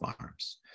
farms